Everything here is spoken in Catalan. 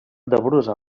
brusa